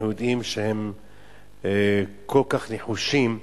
אנחנו יודעים שהם כל כך נחושים,